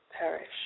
perish